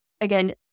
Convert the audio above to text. again